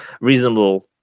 reasonable